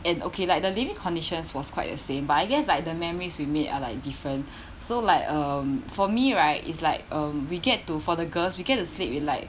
and okay like the living conditions was quite the same but I guess like the memories we made are like different so like um for me right is like um we get to for the girls we get to sleep with like